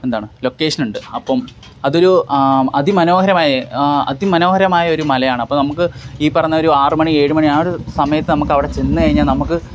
എന്താണ് ലൊക്കേഷനുണ്ട് അപ്പോള് അതൊരു അതിമനോഹരമായ അതിമനോഹരമായ ഒരു മലയാണ് അപ്പോള് നമുക്ക് ഈ പറഞ്ഞ ഒരു ആറു മണി ഏഴു മണി ആ ഒരു സമയത്ത് നമുക്കവിടെ ചെന്നുകഴിഞ്ഞാല് നമുക്ക്